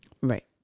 Right